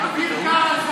אביר קארה,